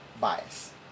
bias